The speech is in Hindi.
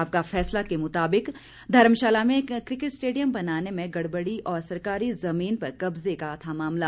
आपका फैसला के मुताबिक धर्मशाला में किकेट स्टेडियम बनाने में गड़बड़ी और सरकारी जमीन पर कब्जे का था मामला